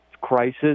crisis